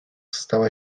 stała